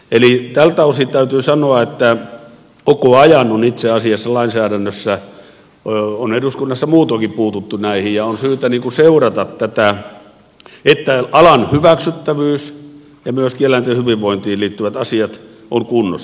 eli tältä osin täytyy sanoa että itse asiassa koko ajan on lainsäädännössä eduskunnassa muutoinkin puututtu näihin ja on syytä seurata tätä että alan hyväksyttävyys ja myöskin eläinten hyvinvointiin liittyvät asiat ovat kunnossa